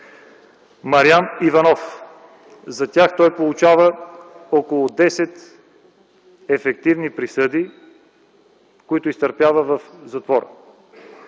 материала. За тях той получава около 10 ефективни присъди, които изтърпява в затвора.